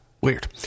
weird